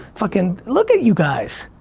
fucking look at you guys,